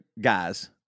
guys